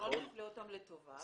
כמו שאתם רואים,